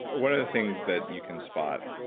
one of the things that you can spot,